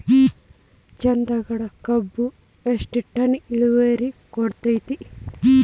ಚಂದಗಡ ಕಬ್ಬು ಎಷ್ಟ ಟನ್ ಇಳುವರಿ ಕೊಡತೇತ್ರಿ?